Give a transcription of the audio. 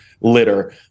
litter